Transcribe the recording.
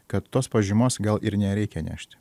kad tos pažymos gal ir nereikia nešti